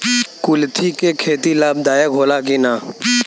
कुलथी के खेती लाभदायक होला कि न?